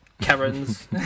Karens